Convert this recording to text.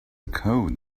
code